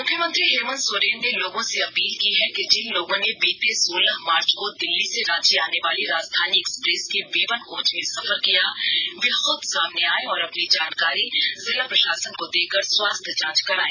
मुख्यमंत्री हेमन्त सोरेन ने लोगों से अपील की है कि जिन लोगों ने बीते सोलह मार्च को दिल्ली से रांची आने वाली राजधानी एक्सप्रेस के बी वन कोच में सफर किया वे खूद सामने आएं और अपनी जानकारी जिला प्रशासन को देकर स्वास्थ्य जांच करांए